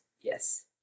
yes